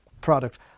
product